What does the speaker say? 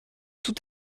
tout